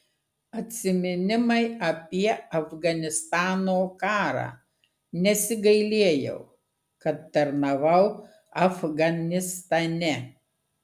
atsiminimai apie afganistano karą nesigailėjau kad tarnavau afganistane